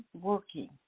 working